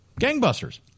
gangbusters